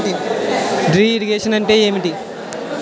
Drip irrigation అంటే ఏమిటి?